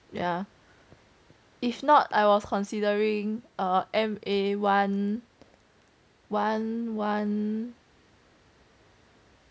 ya if not I was considering M_A one one one